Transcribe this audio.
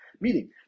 Meaning